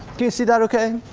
can you see that okay?